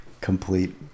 complete